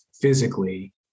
physically